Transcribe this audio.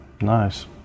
Nice